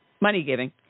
money-giving